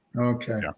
Okay